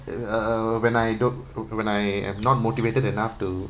uh uh when I do~ when I am not motivated enough to